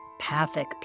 pathic